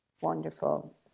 Wonderful